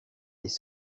des